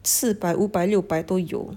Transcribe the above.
四百五百六百都有